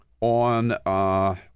on